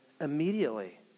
immediately